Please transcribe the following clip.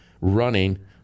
running